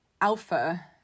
alpha